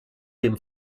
dem